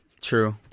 True